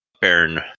Baron